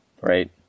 right